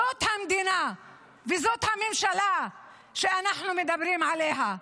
זאת המדינה וזאת הממשלה שאנחנו מדברים עליה,